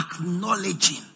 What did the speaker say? acknowledging